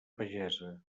pagesa